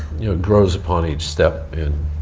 you know, grows upon each step and,